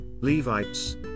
Levites